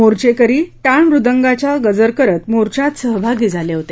मोर्चेकरी टाळ मृदंगाचा गजर करत मोर्चात सहभागी झाले होते